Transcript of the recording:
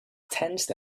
tense